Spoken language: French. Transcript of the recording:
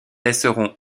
laisseront